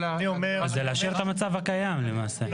אז זה להשאיר את המצב הקיים למעשה.